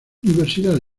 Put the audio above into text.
universidad